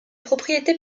propriété